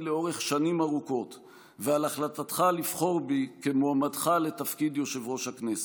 לאורך שנים ארוכות ועל החלטתך לבחור בי כמועמדך לתפקיד יושב-ראש הכנסת.